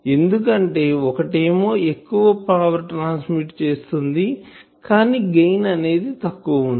ఎందుకు అంటే ఒకటేమో ఎక్కువ పవర్ ని ట్రాన్స్మిట్ చేస్తుంది కానీ గెయిన్ అనేది తక్కువ వుంది